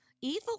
evil